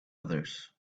others